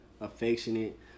affectionate